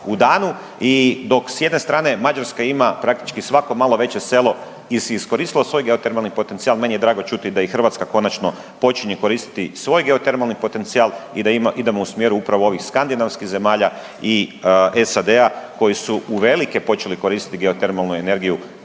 i dok s jedne strane Mađarska ima praktički svako malo veće selo iskoristilo svoj geotermalni potencijal meni je drago čuti da i Hrvatska konačno počinje koristiti svoj geotermalni potencijal i da idemo u smjeru upravo ovih skandinavskih zemalja i SAD-a koji su uvelike počeli koristiti geotermalnu energiju